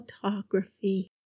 photography